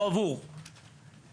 לא עבור הארגון,